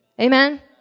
amen